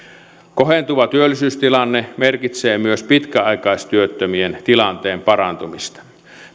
kohentuva työllisyystilanne merkitsee myös pitkäaikaistyöttömien tilanteen parantumista